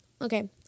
Okay